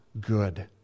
good